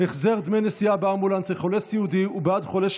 גם יש